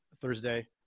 Thursday